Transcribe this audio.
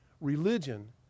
Religion